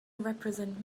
represent